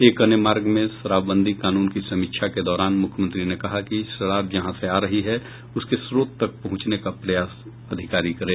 एक अणे मार्ग में शराबबंदी कानून की समीक्षा के दौरान मुख्यमंत्री ने कहा कि शराब जहां से आ रही है उसके स्त्रोत तक पहुंचने का प्रयास अधिकारी करें